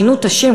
שינו את השם.